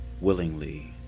willingly